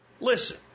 Listen